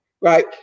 right